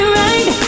right